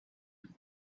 and